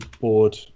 board